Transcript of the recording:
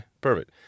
Perfect